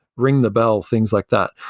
ring the bell, things like that.